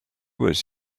was